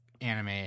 anime